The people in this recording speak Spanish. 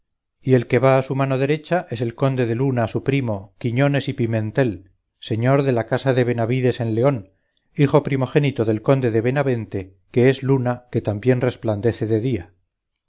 y el que va a su mano derecha es el conde de luna su primo quiñones y pimentel señor de la casa de benavides en león hijo primogénito del conde de benavente que es luna que también resplandece de día